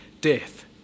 death